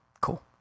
cool